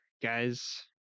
Guys